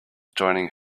joining